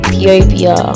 Ethiopia